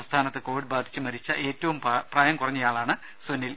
സംസ്ഥാനത്ത് കോവിഡ് ബാധിച്ച് മരിച്ച ഏറ്റവും പ്രായം കുറഞ്ഞയാളാണ് സുനിൽ